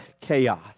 chaos